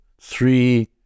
three